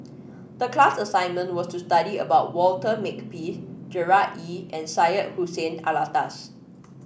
the class assignment was to study about Walter Makepeace Gerard Ee and Syed Hussein Alatas